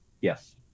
yes